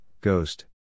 ghost